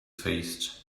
faced